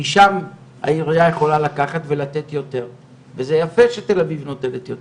משם העירייה יכולה לקחת ולתת יותר וזה יפה שתל אביב נותנת יותר,